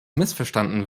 missverstanden